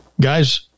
Guys